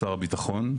שר הביטחון.